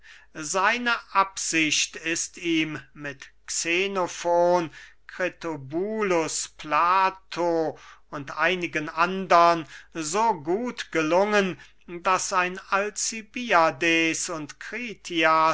seine absicht ist ihm mit xenofon kritobulus plato und einigen andern so gut gelungen daß ein alcibiades und kritias